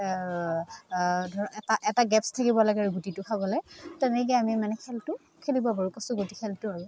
ধৰ এটা এটা গেপছ থাকিব লাগে গুটিটো খাবলৈ তেনেকৈ আমি মানে খেলটো খেলিব পাৰোঁ কচুগুটি খেলটো আৰু